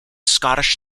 scottish